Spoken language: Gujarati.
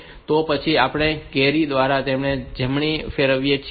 તો પછી આપણે કેરી દ્વારા જમણે ફેરવીએ છીએ